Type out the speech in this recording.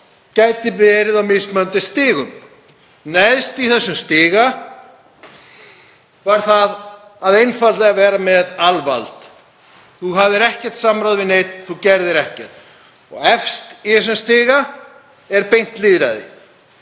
gæti verið á mismunandi stigum. Neðst í þessum stiga var einfaldlega alvald, þú hafðir ekkert samráð við neinn, þú gerðir ekkert. En efst í þessum stiga er beint lýðræði.